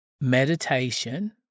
Meditation